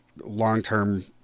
long-term